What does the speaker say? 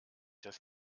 das